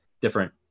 different